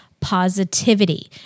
positivity